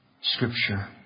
scripture